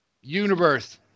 Universe